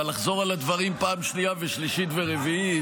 מה, לחזור על הדברים פעם שנייה ושלישית ורביעית?